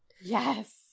yes